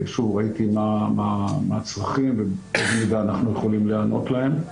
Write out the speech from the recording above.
ראיתי מה הצרכים ומה אנחנו יכולים להיענות להם.